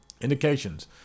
Indications